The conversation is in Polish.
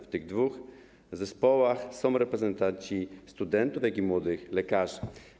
W tych dwóch zespołach są reprezentanci studentów, jak i młodych lekarzy.